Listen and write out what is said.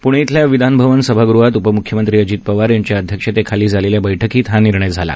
पूणे इथल्या विधानभवन सभागृहात उपम्ख्यमंत्री अजित पवार यांच्या अध्यक्षतेखाली झालेल्या बैठकीत हा निर्णय घेण्यात आला